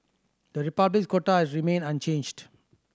the Republic's quota has remained unchanged